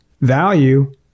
Value